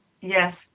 Yes